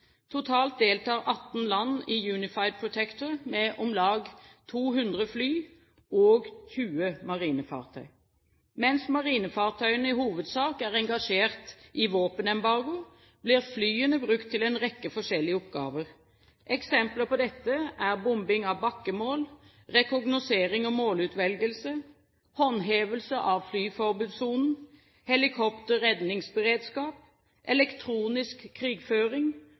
Totalt deltar 18 land i Unified Protector med om lag 200 fly og 20 marinefartøy. Mens marinefartøyene i hovedsak er engasjert i våpenembargoen, blir flyene brukt til en rekke forskjellige oppgaver. Eksempler på dette er bombing av bakkemål, rekognosering og målutvelgelse, håndhevelse av flyforbudssonen, helikopter redningsberedskap, elektronisk krigføring